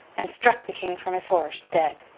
and struck the king from his horse, dead.